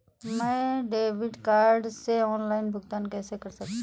मैं debit card से online भुगतान कैसे कर सकता हूँ?